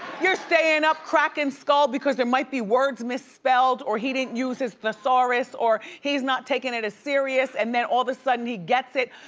you're staying up cracking skull because there might be words misspelled or he didn't use his thesaurus, or he's not taking it as serious. and then all of a sudden, he gets it.